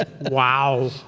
Wow